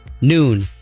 noon